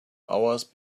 hours